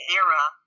era